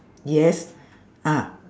yes ah